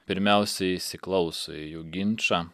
pirmiausia įsiklauso į jų ginčą